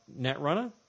Netrunner